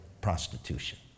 prostitution